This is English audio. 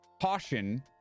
caution